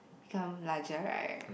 become larger right